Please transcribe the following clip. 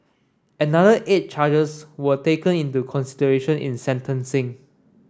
another eight charges were taken into consideration in sentencing